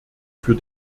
für